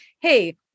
hey